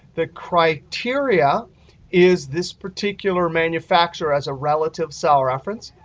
the criteria is this particular manufacturer as a relative cell reference.